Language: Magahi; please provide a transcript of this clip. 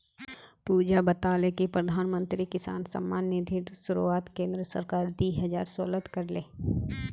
पुजा बताले कि प्रधानमंत्री किसान सम्मान निधिर शुरुआत केंद्र सरकार दी हजार सोलत कर ले